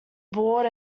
board